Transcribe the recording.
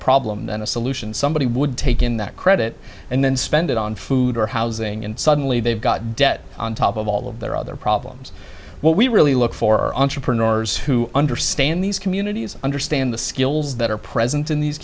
problem than a solution somebody would take in that credit and then spend it on food or housing and suddenly they've got debt on top of all of their other problems what we really look for are entrepreneurs who understand these communities understand the skills that are present in these